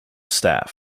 staff